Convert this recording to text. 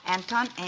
Anton